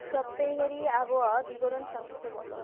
সপ্তাহেরই আবহাওয়া বিবরণ সংক্ষেপে বলো